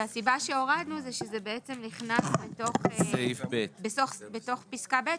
הסיבה שהורדנו זה שזה בעצם נכנס לתוך פסקה (ב)